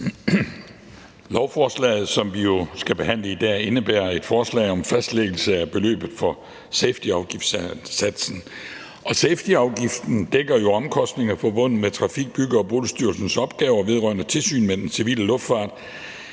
Lovforslaget, som vi skal behandle i dag, indebærer et forslag om en fastlæggelse af beløbet for safetyafgiftssatsen. Safetyafgiften dækker jo omkostningerne forbundet med Trafik-, Bygge- og Boligstyrelsens opgaver vedrørende tilsyn med den civile luftfart.